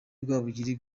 rwabugiri